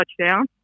touchdown